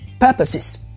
purposes